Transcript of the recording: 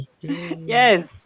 yes